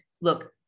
Look